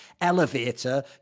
elevator